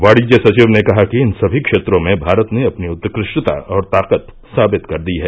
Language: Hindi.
वाणिज्य सचिव ने कहा कि इन सभी क्षेत्रों में भारत ने अपनी उत्कृष्टता और ताकत साबित कर दी है